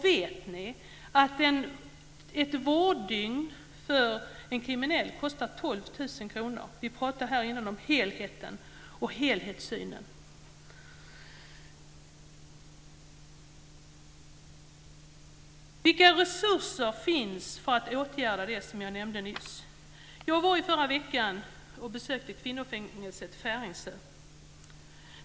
Vet ni att ett vårddygn för en kriminell kostar 12 000 kr? Vi pratar här igen om helheten och helhetssynen. Vilka resurser finns för att åtgärda det som jag nämnde nyss? Jag var i förra veckan och besökte kvinnofängelset Färingsö.